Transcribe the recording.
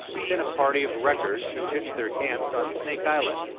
he sent a party of wreckers who pitched their camps on snake island,